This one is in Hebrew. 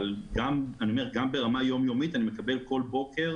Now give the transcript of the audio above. גם ברמה היום-יומית אני מקבל בכל בוקר